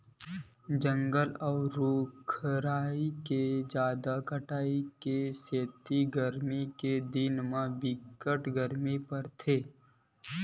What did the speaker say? जंगल अउ रूख राई के जादा कटाई के सेती गरमी के दिन म बिकट के गरमी परथे